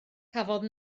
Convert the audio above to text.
cafodd